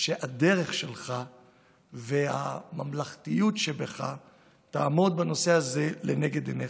שהדרך שלך והממלכתיות שבך יעמדו לנגד עיניך.